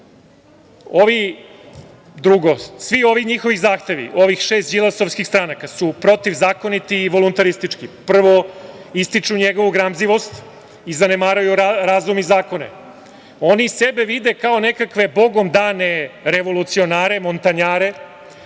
napali RTS.Svi ovi njihovi zahtevi, ovih šest đilasovskih stranaka, su protivzakoniti i voluntaristički. Prvo, ističu njegovu gramzivost i zanemaruju razum i zakone. Oni sebe vide kao nekakve bogom dane revolucionare, montanjare,